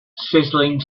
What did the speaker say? sizzling